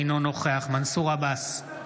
אינו נוכח מנסור עבאס,